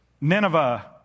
Nineveh